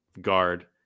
guard